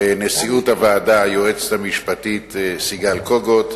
לנשיאות הוועדה, היועצת המשפטית סיגל קוגוט,